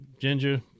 ginger